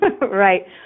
Right